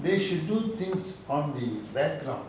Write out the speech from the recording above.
they should do things on the background